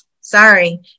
sorry